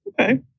okay